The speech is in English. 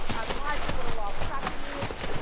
i've no idea what a law of attraction is.